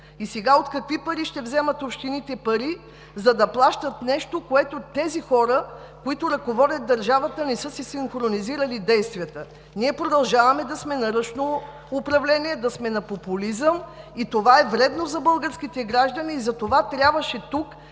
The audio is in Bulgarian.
И сега откъде ще вземат пари общините, за да плащат нещо, по което тези хора, които ръководят държавата, не са си синхронизирали действията? Ние продължаваме да сме на ръчно управление, да сме на популизъм и това е вредно за българските граждани и затова трябваше тук